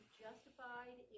justified